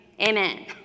amen